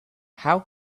how